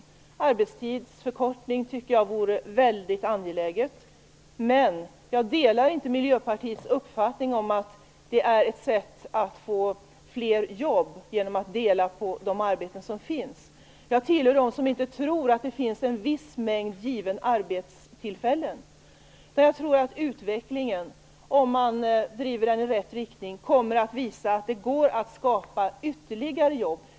Jag tycker att arbetstidsförkortning vore väldigt angeläget, men jag delar inte Miljöpartiets uppfattning att det är ett sätt att få fler jobb genom att man delar på de arbeten som finns. Jag tillhör dem som inte tror att det finns en viss given mängd arbetstillfällen, utan jag tror att utvecklingen, om man driver den i rätt riktning, kommer att visa att det går att skapa ytterligare jobb.